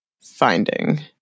finding